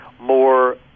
more